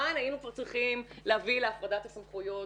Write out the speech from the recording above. שמזמן היינו כבר צריכים להביא להפרדת הסמכויות,